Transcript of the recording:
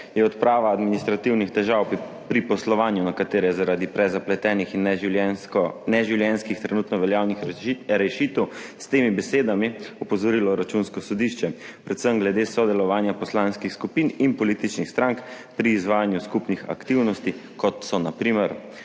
je odprava administrativnih težav pri poslovanju, na katere je zaradi prezapletenih in neživljenjsko, neživljenjskih trenutno veljavnih rešitev s temi besedami opozorilo Računsko sodišče predvsem glede sodelovanja poslanskih skupin in političnih strank pri izvajanju skupnih aktivnosti, kot so na primer